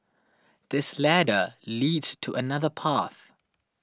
this ladder leads to another path